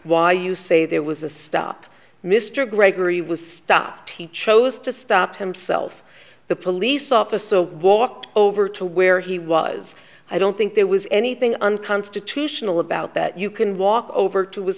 why you say there was a stop mr gregory was stopped he chose to stop himself the police officer walked over to where he was i don't think there was anything unconstitutional about that you can walk over to his